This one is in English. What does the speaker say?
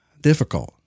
difficult